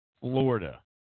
Florida